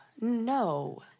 no